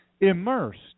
immersed